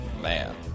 Man